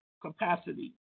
capacity